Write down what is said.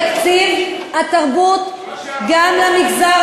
3%. כדי לראות כיצד להעלות את תקציב התרבות גם למגזר הלא-יהודי.